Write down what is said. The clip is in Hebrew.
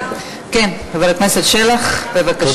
כן, חבר הכנסת שלח, בבקשה.